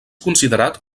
considerat